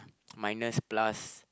minus plus